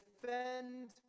defend